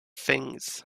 things